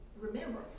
remember